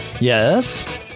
Yes